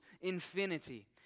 infinity